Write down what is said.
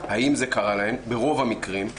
אם זה קרה להן, ברוב המקרים.